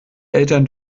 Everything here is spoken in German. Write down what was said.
eltern